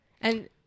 And-